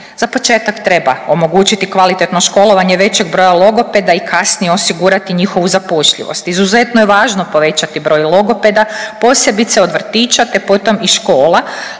Za početak treba omogućiti kvalitetno školovanje većeg broja logopeda i kasnije osigurati njihovu zapošljivost. Izuzetno je važno povećati broj logopeda, posebice od vrtića te potom i škola,